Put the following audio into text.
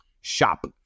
Shop